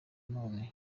none